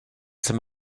some